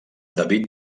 david